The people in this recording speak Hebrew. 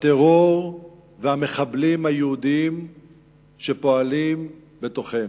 הטרור והמחבלים היהודים שפועלים בתוכנו.